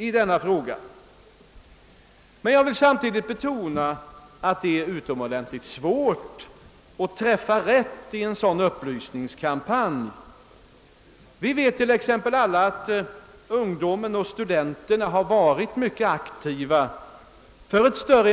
Men samtidigt vill jag betona att det är oerhört svårt att träffa rätt i en sådan upplysningskampanj. Vi vet exempelvis att ungdomen och studenterna har varit mycket aktiva för ett kraftigare